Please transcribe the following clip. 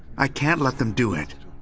i can't let them do it.